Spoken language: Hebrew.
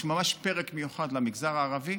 יש ממש פרק מיוחד למגזר הערבי.